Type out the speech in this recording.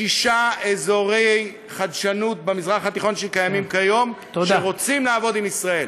שישה אזורי חדשנות במזרח התיכון שקיימים כיום ורוצים לעבוד עם ישראל.